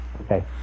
Okay